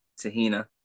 Tahina